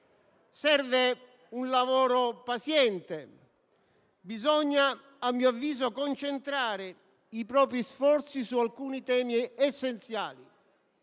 Serve un lavoro paziente, bisogna, a mio avviso, concentrare i propri sforzi su alcuni temi essenziali.